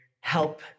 help